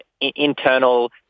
internal